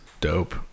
Dope